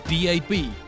DAB